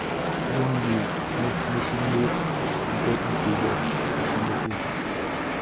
ꯌꯨꯝꯒꯤ ꯃꯩꯁꯤꯡꯗꯨ ꯍꯤꯒꯣꯛ ꯃꯆꯨꯗ ꯁꯤꯟꯗꯣꯛꯎ